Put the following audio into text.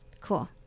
cool